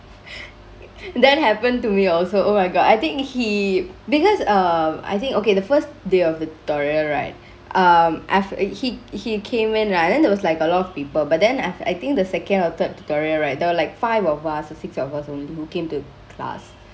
that happened to me also oh my god I think he because um I think okay the first day of the tutorial right um af~ he he came in right then there was like a lot of people but then I think the second or third tutorial right there were like five of us or six of us when he came to class